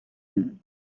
hidden